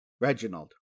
Reginald